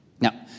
Now